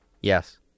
Yes